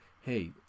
hey